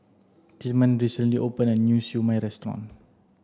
Tilman recently opened a new Siew Mai restaurant